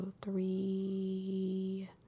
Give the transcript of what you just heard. three